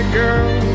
girl